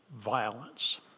violence